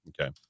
Okay